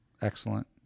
excellent